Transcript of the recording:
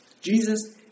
Jesus